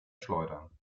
schleudern